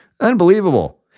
Unbelievable